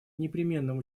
непременным